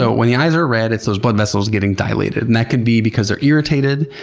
so when the eyes are red, it's those blood vessels getting dilated. and that can be because they're irritated.